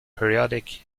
periodic